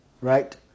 Right